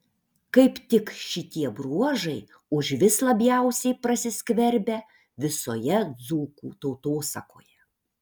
kaip tik šitie bruožai užvis labiausiai prasiskverbia visoje dzūkų tautosakoje